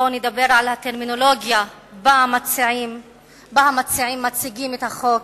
בואו נדבר על הטרמינולוגיה שבה המציעים מציגים את החוק.